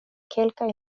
kelkaj